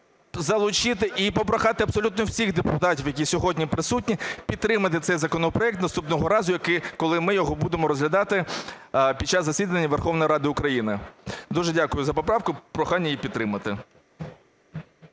залучити, і попрохати абсолютно всіх депутатів, які сьогодні присутні, підтримати цей законопроект наступного разу, коли ми його будемо розглядати під час засідання Верховної Ради України. Дуже дякую за поправку, прохання її підтримати.